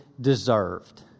deserved